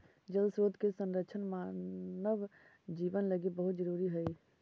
जल स्रोत के संरक्षण मानव जीवन लगी बहुत जरूरी हई